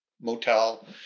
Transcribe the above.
motel